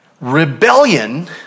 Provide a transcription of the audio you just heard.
Rebellion